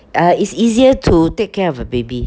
uh it's easier to take care of a baby